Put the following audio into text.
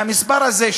והמספר הזה,